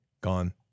gone